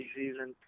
season